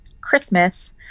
christmas